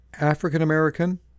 African-American